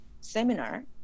seminar